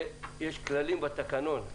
יש כללים בתקנון.